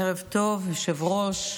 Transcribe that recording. ערב טוב, היושב-ראש,